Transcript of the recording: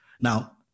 Now